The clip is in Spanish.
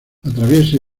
atraviesa